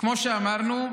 כמו שאמרנו,